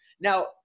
Now